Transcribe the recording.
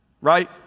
Right